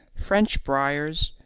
french briars,